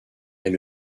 est